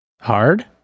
hard